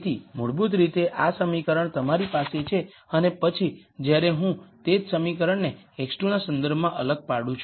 તેથી મૂળભૂત રીતે આ સમીકરણ તમારી પાસે છે અને પછી જ્યારે હું તે જ સમીકરણને x2 ના સંદર્ભમાં અલગ પાડું છું